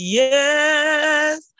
yes